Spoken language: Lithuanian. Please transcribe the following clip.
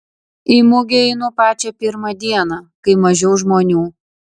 į mugę einu pačią pirmą dieną kai mažiau žmonių